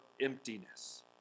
emptiness